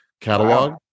catalog